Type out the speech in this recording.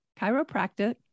Chiropractic